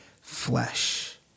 flesh